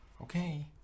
Okay